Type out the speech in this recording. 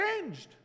changed